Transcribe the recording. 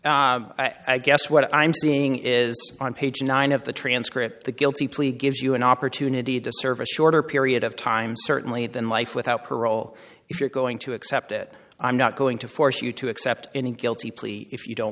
going i guess what i'm seeing is on page nine of the transcript the guilty plea gives you an opportunity to serve a shorter period of time certainly than life without parole if you're going to accept it i'm not going to force you to accept any guilty plea if you don't